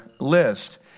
list